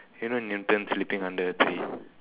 you know Newton sleeping under a tree